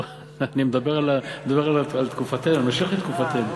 לא, אני מדבר על תקופתנו, ממשיך לתקופתנו.